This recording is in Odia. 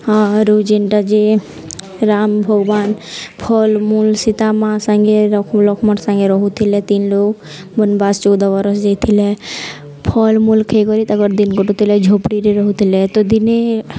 ହଁ ରୋଜ୍ ଏନ୍ତା ଯେ ରାମ ଭଗବାନ ଫଲ ମୂଲ ସୀତା ମା' ସାଙ୍ଗେ ରକ୍ମ ଲକ୍ଷ୍ମଣର ସାଙ୍ଗେ ରହୁଥିଲେ ତିନ ଲୋକ ବନବାସ ଚଉଦ ବରଷ ଯାଇଥିଲେ ଫଲ ମୂଲ ଖାଇକରି ତାଙ୍କର ଦିନ କାଟୁଥିଲେ ଝୋପଡ଼ିରେ ରହୁଥିଲେ ତ ଦିନେ